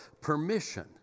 permission